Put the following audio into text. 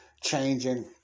changing